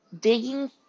digging